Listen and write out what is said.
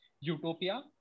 utopia